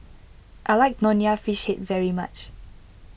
I like Nonya Fish Head very much